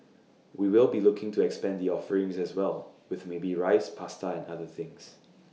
we will be looking to expand the offerings as well with maybe Rice Pasta and other things